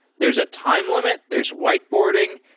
there's a time limit. there's whiteboarding.